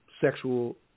Sexual